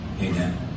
Amen